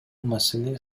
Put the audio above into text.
маселе